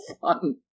fun